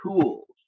tools